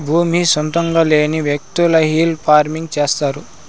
భూమి సొంతంగా లేని వ్యకులు హిల్ ఫార్మింగ్ చేస్తారు